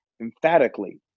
emphatically